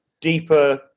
deeper